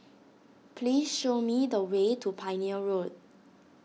please show me the way to Pioneer Road